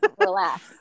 relax